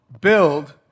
build